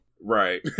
Right